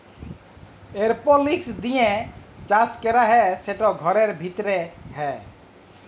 এরওপলিক্স দিঁয়ে চাষ ক্যরা হ্যয় সেট ঘরের ভিতরে হ্যয়